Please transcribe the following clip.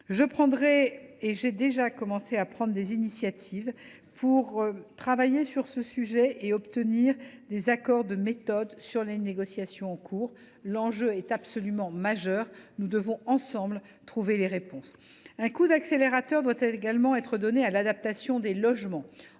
des initiatives – j’ai déjà commencé à le faire – pour travailler sur ce sujet et obtenir des accords de méthode sur les négociations en cours. L’enjeu est absolument majeur. Nous devons trouver les réponses ensemble. Un coup d’accélérateur doit également être donné à l’adaptation des logements.